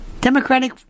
Democratic